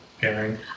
pairing